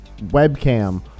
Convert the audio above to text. webcam